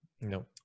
No